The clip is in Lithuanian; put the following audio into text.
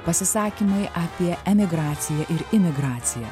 pasisakymai apie emigraciją ir imigraciją